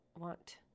want